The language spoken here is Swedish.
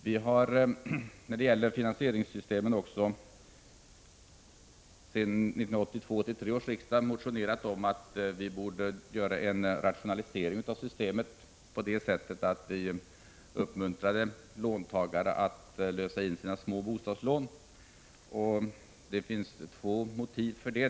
Vi har vidare när det gäller finansieringssystemem sedan 1982/83 års riksmöte i motioner framhållit att man borde rationalisera systemet genom att uppmuntra låntagare att lösa in sina små bostadslån. Det finns två motiv för detta.